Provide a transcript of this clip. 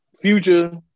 Future